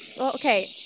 Okay